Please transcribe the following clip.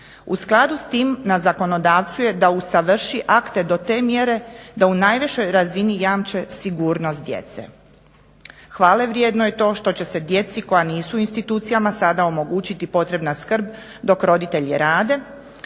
U skladu s tim na zakonodavcu je da usavrši akte do te mjere da u najvišoj razini jamče sigurnost djece. Hvalevrijedno je to što će se djeci koja nisu u institucijama sada omogućiti potrebna skrb, dok roditelji rade,